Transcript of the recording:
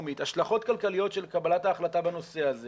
מקומית השלכות כלכליות של קבלת ההחלטה בנושא הזה